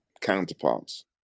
counterparts